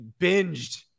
binged